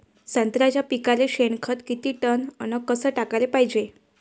संत्र्याच्या पिकाले शेनखत किती टन अस कस टाकाले पायजे?